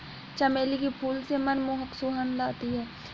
चमेली के फूल से मनमोहक सुगंध आती है